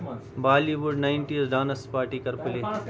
بالی wood nineties dance party کَر پٕلے